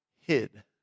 hid